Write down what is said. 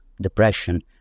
depression